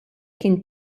kien